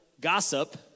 gossip